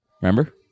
Remember